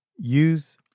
use